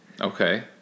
Okay